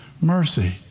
mercy